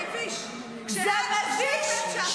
זה מביש.